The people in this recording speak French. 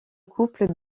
couple